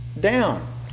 down